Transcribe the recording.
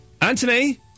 Anthony